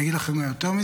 אני אגיד לכם יותר מזה,